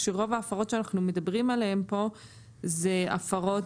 כשרוב ההפרות שאנחנו מדברים עליהן פה אלו הפרות,